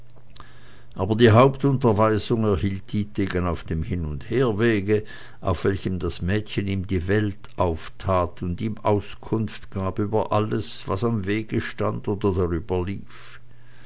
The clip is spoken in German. aber die hauptunterweisung erhielt dietegen auf dem hin und herwege auf welchem das mädchen ihm die welt auftat und ihm auskunft gab über alles was am wege stand oder darüber lief